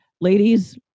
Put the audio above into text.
Ladies